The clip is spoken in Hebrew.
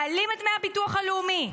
מעלים את דמי הביטוח הלאומי,